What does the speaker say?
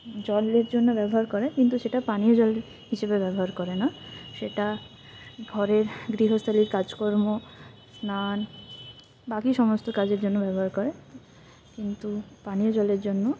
জলের জন্য ব্যবহার করে কিন্তু সেটা পানীয় জল হিসেবে ব্যবহার করে না সেটা ঘরের গৃহস্থালির কাজকর্ম স্নান বাকি সমস্ত কাজের জন্য ব্যবহার করে কিন্তু পানীয় জলের জন্য